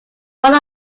one